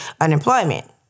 unemployment